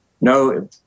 no